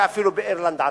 ואפילו באירלנד עצמה.